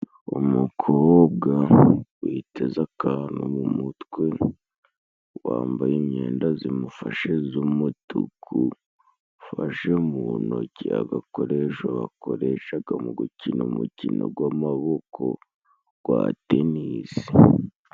Umukobwa witeze akantu mu mutwe wambaye imyenda zimufashe z'umutuku, ufashe mu ntoki agakoresho bakoreshaga mu gukina umukino gw'amaboko gwa tenisi.